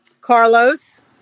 Carlos